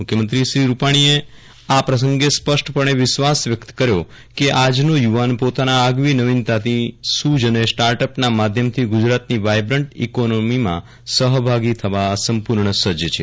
મુખ્યમંત્રી શ્રી રૂપાણીએ આપ્રસંગે સ્પષ્ટપણે વિશ્વાસ વ્યક્ત કર્યો કે આજનો યુવાન પોતાના આગવી નવીનતાની સૂઝ અને સ્ટાર્ટઅપના માધ્યમથી ગુજરાતની વાયબ્રન્ટ ઇકોનોમીમાં સહભાગી થવા સંપૂર્ણ સજજ છે